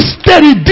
steady